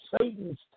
Satan's